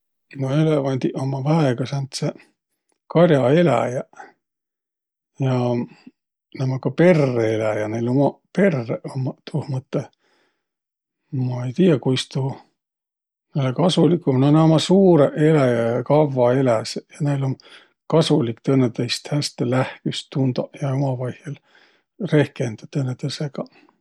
No eelevandiq ummaq väega sääntseq kar'aeläjäq ja nä ummaq ka perreeläjäq, näil ummaq umaq perreq ummaq tuuh mõttõh. Ma ei tiiäq, kuis tuu näile kasulik um. No nä ummaq suurõq eläjäq ja kavva eläseq ja näil um kasulik tõõnõtõist häste lähküst tundaq ja umavaihõl rehkendäq tõõnõtõõsõgaq.